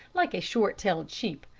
like a short-tailed sheep,